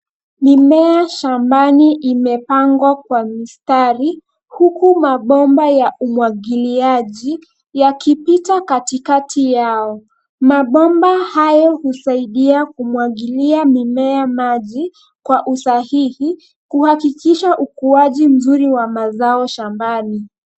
Mimea shambani imepangwa kwa mistari huku mabomba ya umwagiliaji yakipita katikati yao. Mabomba hayo husaidia kumwagilia mimea maji kwa usahihi kuhakikisha ukuaji mzuri wa mazao shambani.